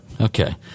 Okay